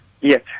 Yes